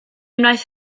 wnaeth